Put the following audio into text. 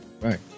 Right